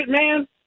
man